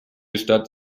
stadt